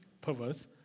perverse